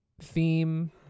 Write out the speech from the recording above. theme